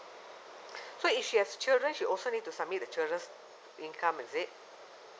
so if she has children she also need to submit the children's income is it